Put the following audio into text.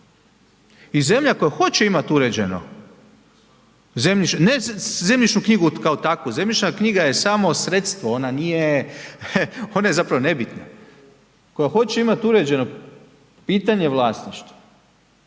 I zemlja koja hoće imati uređeno, ne zemljišnu knjigu kao takvu, zemljišna knjiga je samo sredstvo, ona je zapravo nebitna, koja hoće imati uređeno pitanje vlasništva,